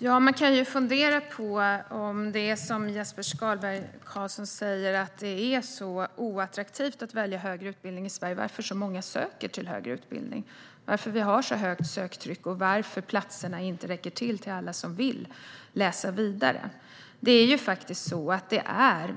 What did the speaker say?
Herr talman! Jesper Skalberg Karlsson säger att det är oattraktivt att välja högre utbildning i Sverige. Då kan man fundera på varför så många söker till högre utbildning, varför det är ett högt söktryck och varför platserna inte räcker till alla som vill läsa vidare. Det är faktiskt